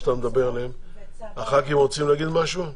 חברי הכנסת רוצים להגיד משהו?